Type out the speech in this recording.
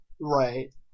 Right